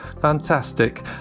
Fantastic